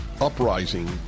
uprising